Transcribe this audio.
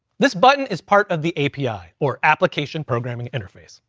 this button is part of the api, or application programming interface,